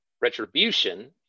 retribution